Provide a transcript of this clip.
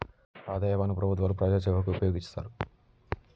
ఆదాయ పన్ను ప్రభుత్వాలు ప్రజాసేవకు ఉపయోగిస్తారు